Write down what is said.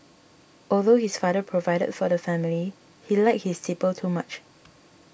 although his father provided for the family he liked his tipple too much